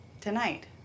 tonight